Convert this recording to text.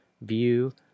view